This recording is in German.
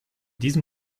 diesem